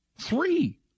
Three